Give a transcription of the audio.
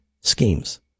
schemes